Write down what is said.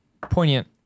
poignant